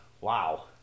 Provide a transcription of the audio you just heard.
wow